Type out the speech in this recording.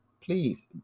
please